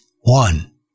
one